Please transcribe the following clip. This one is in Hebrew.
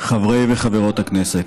חברי וחברות הכנסת,